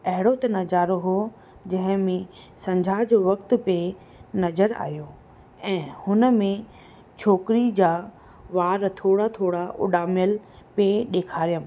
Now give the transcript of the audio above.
अहिड़ो त नज़ारो हुओ जंहिंमें संझा जो वक़्त पियो नज़र आहियो ऐं हुन में छोकिरी जा वार थोरा थोरा उॾामियलु पियो ॾेखारियमि